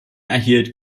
erhielt